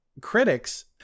critics